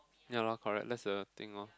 ya lor correct that's the thing lor